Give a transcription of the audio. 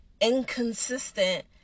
inconsistent